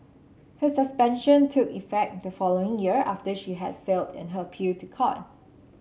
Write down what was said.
her suspension took effect the following year after she had failed in her appeal to a court